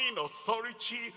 authority